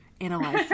analyze